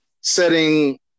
setting